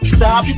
Stop